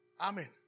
Amen